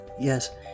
yes